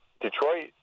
Detroit